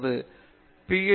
ஒரு Ph